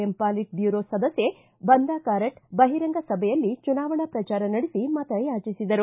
M polit bureau ಸದಸ್ಯೆ ಬಂದಾಕಾರಟ್ ಬಹಿರಂಗ ಸಭೆಯಲ್ಲಿ ಚುನಾವಣಾ ಪ್ರಚಾರ ನಡೆಸಿ ಮತಯಾಚಿಸಿದರು